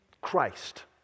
Christ